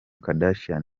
kardashian